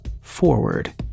forward